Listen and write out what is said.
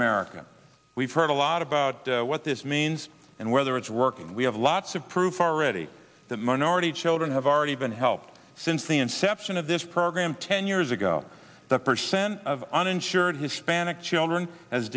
america we've heard a lot about what this means and whether it's working we have lots of proof already the minority children have already been helped since the inception of this program ten years ago the percentage of uninsured hispanic children has